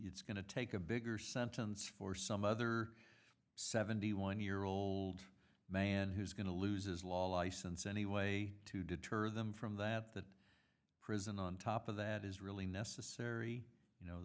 it's going to take a bigger sentence for some other seventy one year old man who's going to lose his law license any way to deter them from that that prison on top of that is really necessary you know